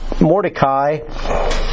Mordecai